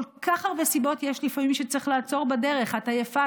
כל כך הרבה סיבות יש לפעמים שצריך לעצור בדרך: את עייפה,